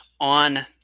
on